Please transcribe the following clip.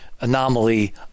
anomaly